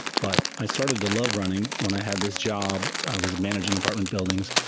but i started to love running when i had this job i was managing apartment buildings,